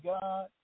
God